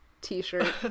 t-shirt